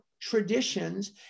traditions